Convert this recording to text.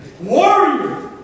Warrior